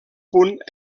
punt